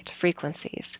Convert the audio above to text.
frequencies